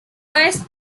first